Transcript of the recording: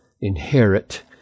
inherit